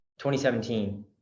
2017